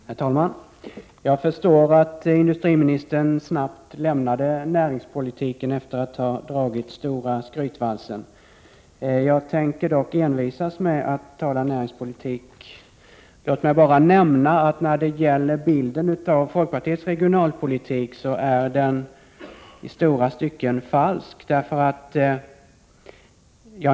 Herr talman! Jag förstår att industriministern snabbt lämnade näringspolitiken efter att ha dragit stora skrytvalsen. Dock tänker jag envisas med att tala näringspolitik. Låt mig bara nämna att industriministerns bild av folkpartiets regionalpolitik i stora stycken är falsk.